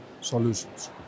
solutions